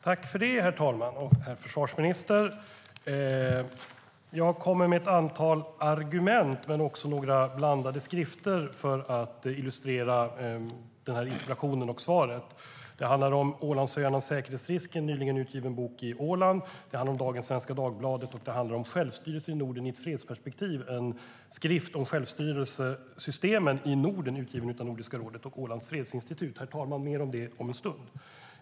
Herr talman! Jag tackar herr försvarsministern! Jag kommer med ett antal argument men också några blandade skrifter för att illustrera interpellationen och svaret. Det handlar om Ålandsöarna - en säkerhetsrisk ?, en bok nyligen utgiven på Åland, dagens Svenska Dagbladet samt Självstyrelser i Norden i ett fredsperspektiv , en skrift om självstyrelsesystemen i Norden utgiven av Nordiska rådet och Ålands fredsinstitut. Mer om det om en stund, herr talman.